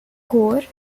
core